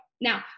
Now